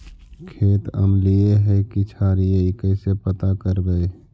खेत अमलिए है कि क्षारिए इ कैसे पता करबै?